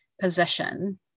position